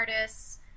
artists